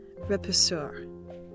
repousseur